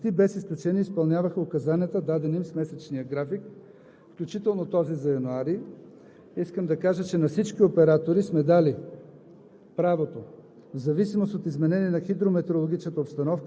Искам да кажа, че операторите на съоръженията на язовирите, на деривацията, почти без изключение, изпълняваха указанията, дадени с месечния график, включително този за януари. Искам да кажа, че на всички оператори сме дали